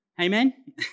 Amen